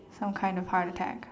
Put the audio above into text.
some kind of heart attack